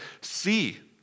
see